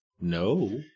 No